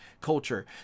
culture